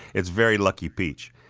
it's very lucky peach.